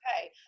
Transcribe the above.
Okay